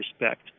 respect